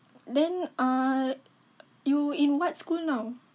then uh you in what school now